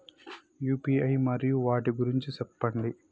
UPI మరియు వాటి గురించి సెప్పండి?